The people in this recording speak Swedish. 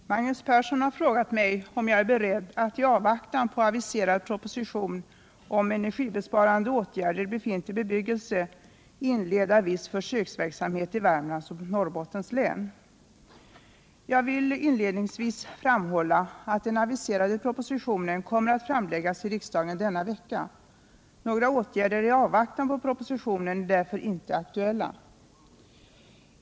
Herr talman! Magnus Persson har frågat mig om jag är beredd att i avvaktan på aviserad proposition om energisparande åtgärder i befintlig bebyggelse inleda viss försöksverksamhet i Värmlands och Norrbottens län. Jag vill inledningsvis framhålla att den aviserade propositionen kommer att föreläggas riksdagen denna vecka. Några åtgärder i avvaktan på propositionen är därför inte aktuella.